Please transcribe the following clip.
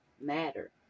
matter